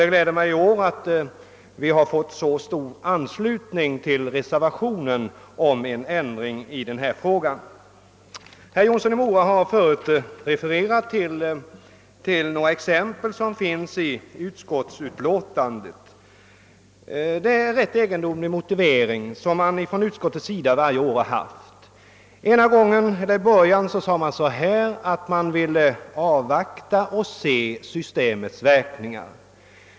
Det gläder mig att vi i år har fått så stor anslutning till reservationen om en ändring. Herr Jonsson i Mora har förut refererat till några exempel som står i utskottsutlåtandet. Det är rätt egendomli ga motiveringar som utskottet varje år har anfört. I början sade utskottet att man ville avvakta och se systemets verkningar.